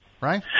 right